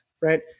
right